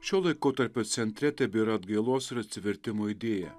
šio laikotarpio centre tebėra atgailos ir atsivertimo idėja